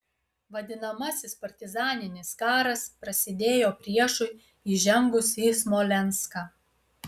vadinamasis partizaninis karas prasidėjo priešui įžengus į smolenską